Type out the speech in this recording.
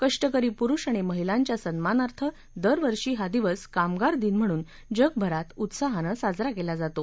कष्टकरी पुरुष आणि महिलांच्या सन्मानार्थ दरवर्षी हा दिवस कामगार दिन म्हणून जगभरात उत्साहानं साजरा केला जातो